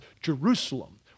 Jerusalem